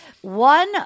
One